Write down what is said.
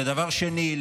ודבר שני,